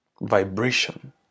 Vibration